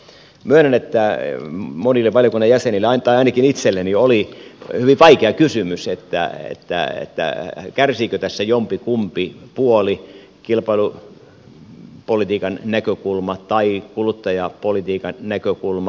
myönnän että monille valiokunnan jäsenille tai ainakin itselleni oli hyvin vaikea kysymys että en näe että hän kärsiikö tässä jompikumpi puoli kilpailupolitiikan näkökulma tai kuluttajapolitiikan näkökulma